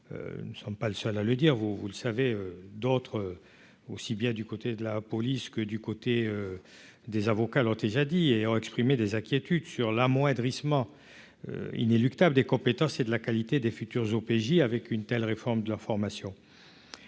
nous ne sommes pas le seul à le dire, vous, vous le savez d'autre aussi bien du côté de la police, que du côté des avocats l'ont déjà dit, et ont exprimé des inquiétudes sur l'amoindrissement inéluctable des compétences et de la qualité des futurs OPJ avec une telle réforme de leur formation,